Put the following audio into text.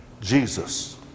Jesus